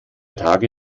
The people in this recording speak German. tage